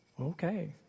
Okay